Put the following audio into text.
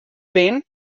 bin